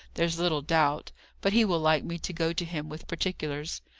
there's little doubt but he will like me to go to him with particulars.